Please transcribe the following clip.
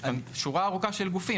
יש כאן שורה ארוכה של גופים,